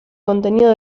contenido